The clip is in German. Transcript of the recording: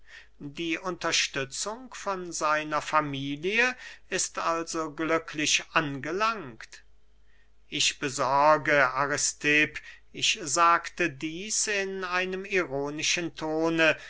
die unterstützung von seiner familie ist also glücklich angelangt ich besorge aristipp ich sagte dieß in einem ironischen tone